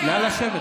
ידידי, מכובדי השר.